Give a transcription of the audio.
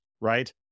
right